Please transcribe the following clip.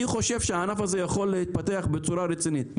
אני חושב שהענף הזה יכול להתפתח בצורה רצינית.